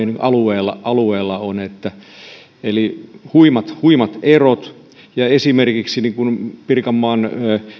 alueella alueella on huimat huimat erot esimerkiksi pirkanmaan